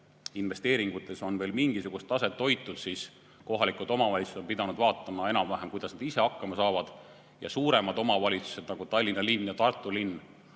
investeeringutes on veel mingisugust taset hoitud, siis kohalikud omavalitsused on pidanud vaatama, kuidas nad ise hakkama saavad. Suuremad omavalitsused nagu Tallinna linn ja Tartu linn